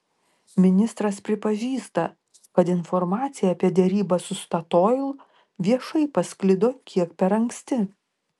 ministras pripažįsta kad informacija apie derybas su statoil viešai pasklido kiek per anksti